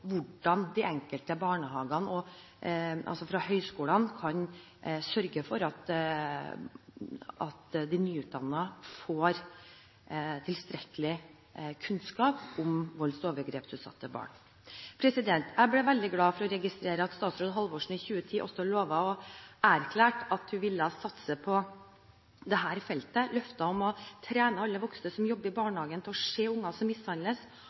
hvordan høyskolene kan sørge for at de nyutdannede får tilstrekkelig kunnskap om volds- og overgrepsutsatte barn. Jeg ble veldig glad da jeg registrerte at statsråd Halvorsen i 2010 erklærte at hun ville satse på dette feltet. Løftene om å trene alle voksne som jobber i barnehage, til å se unger som mishandles,